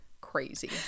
crazy